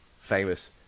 famous